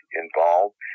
involved